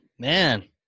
Man